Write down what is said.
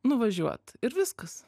nuvažiuot ir viskas